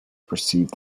perceived